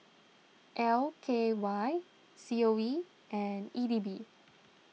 L K Y C O E and E D B